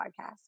podcast